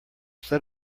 set